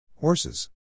horses